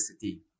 City